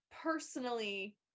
personally